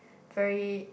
very